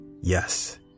Yes